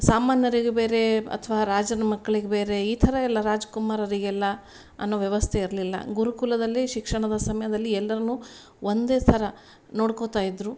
ಸಾಮಾನ್ಯರಿಗೆ ಬೇರೆ ಅಥ್ವ ರಾಜನ ಮಕ್ಳಿಗೆ ಬೇರೆ ಈ ಥರಯೆಲ್ಲ ರಾಜ್ಕುಮಾರರಿಗೆಲ್ಲ ಅನ್ನೋ ವ್ಯವಸ್ಥೆ ಇರಲಿಲ್ಲ ಗುರುಕುಲದಲ್ಲಿ ಶಿಕ್ಷಣದ ಸಮಯದಲ್ಲಿ ಎಲ್ಲರ್ನು ಒಂದೇ ಸರ ನೋಡ್ಕೊತಾ ಇದ್ದರು